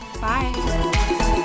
Bye